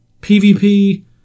pvp